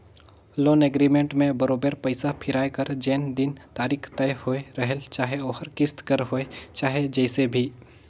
loan agreement में बरोबेर पइसा फिराए कर जेन दिन तारीख तय होए रहेल चाहे ओहर किस्त कर होए चाहे जइसे भी